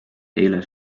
eile